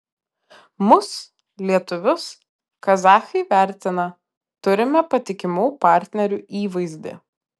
mus lietuvius kazachai vertina turime patikimų partnerių įvaizdį